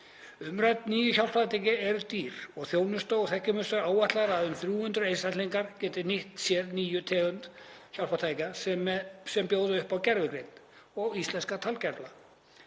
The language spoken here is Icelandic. Umrædd ný hjálpartæki eru dýr og Þjónustu- og þekkingarmiðstöð áætlar að um 300 einstaklingar geti nýtt sér nýja tegund hjálpartækja sem bjóða upp á gervigreind og íslenska talgervla.